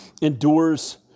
endures